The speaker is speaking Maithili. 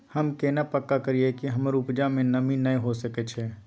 हम केना पक्का करियै कि हमर उपजा में नमी नय होय सके छै?